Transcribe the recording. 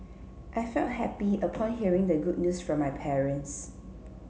I felt happy upon hearing the good news from my parents